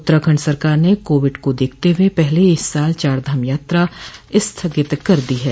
उत्तराखंड सरकार ने कोविड को देखते हुए पहले ही इस साल चार धाम यात्रा स्थगित कर दी है